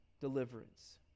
deliverance